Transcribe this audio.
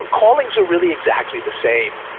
ah callings are really exactly the same.